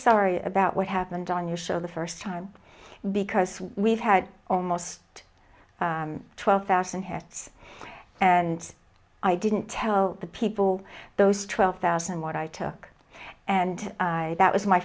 sorry about what happened on your show the first time because we've had almost twelve thousand hits and i didn't tell the people those twelve thousand what i took and i that was my